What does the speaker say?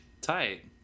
tight